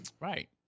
Right